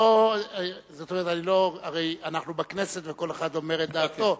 הרי אנחנו בכנסת וכל אחד אומר את דעתו,